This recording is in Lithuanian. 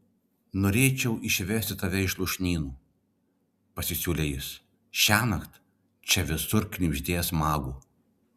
norėčiau išvesti tave iš lūšnynų pasisiūlė jis šiąnakt čia visur knibždės magų